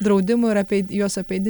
draudimų ir apeid juos apeidi